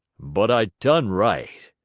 but i done right,